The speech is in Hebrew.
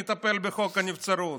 מטפל בחוק הנבצרות.